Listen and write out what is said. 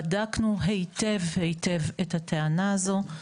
בדקנו היטב היטב את הטענה הזו.